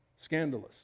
Scandalous